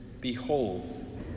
Behold